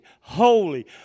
holy